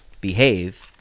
Behave